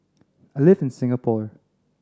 I live in Singapore